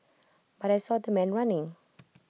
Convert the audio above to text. but I saw the man running